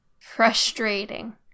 Frustrating